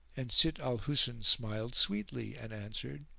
and sitt al-husn smiled sweetly and answered,